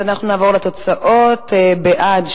התוצאות: בעד,